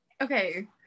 Okay